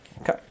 Okay